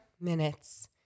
minutes